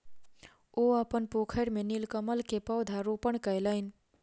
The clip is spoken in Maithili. ओ अपन पोखैर में नीलकमल के पौधा रोपण कयलैन